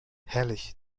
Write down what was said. herrlich